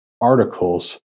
articles